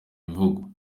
bivugwa